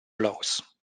blows